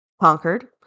conquered